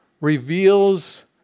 reveals